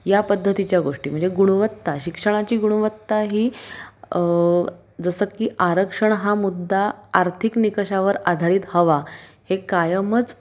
या पद्धतीच्या गोष्टी म्हणजे गुणवत्ता शिक्षणाची गुणवत्ता ही जसं की आरक्षण हा मुद्दा आर्थिक निकषावर आधारित हवा हे कायमच